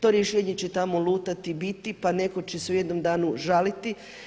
To rješenje će tamo lutati, biti, pa netko će se u jednom danu žaliti.